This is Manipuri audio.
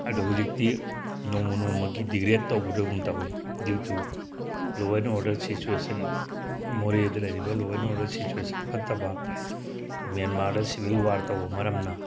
ꯑꯗꯣ ꯍꯧꯖꯤꯛꯇꯤ ꯅꯣꯡꯃ ꯅꯣꯡꯃꯒꯤ ꯗꯤꯗ꯭ꯔꯦꯠ ꯇꯧꯕꯗꯧꯅ ꯇꯧꯋꯤ due to law and order situation ꯃꯣꯔꯦꯗ ꯂꯩꯔꯤꯕ ꯂꯣ ꯑꯦꯟ ꯑꯣꯔꯗꯔ ꯁꯤꯆꯨꯋꯦꯁꯟ ꯐꯠꯇꯕ ꯃꯦꯟꯃꯥꯔꯗ ꯁꯤꯕꯤꯜ ꯋꯥꯔ ꯇꯧꯕ ꯃꯔꯝꯅ